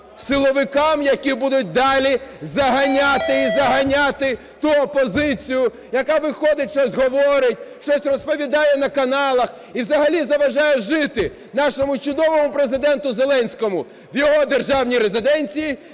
Силовикам, які будуть далі заганяти і заганяти ту опозицію, яка виходить, щось говорить, щось розповідає на каналах і взагалі заважає жити нашому чудовому Президенту Зеленському в його державній резиденції,